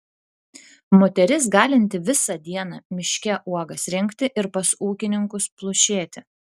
moteris galinti visą dieną miške uogas rinkti ir pas ūkininkus plušėti